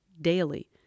daily